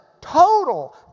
total